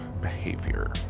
behavior